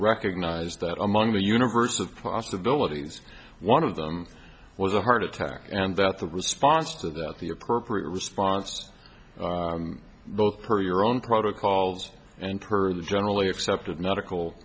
recognized that among the universe of possibilities one of them was a heart attack and that the response to that the appropriate response both per your own protocols and per the generally accepted medical